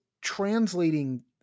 translating